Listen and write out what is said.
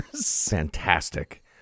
Fantastic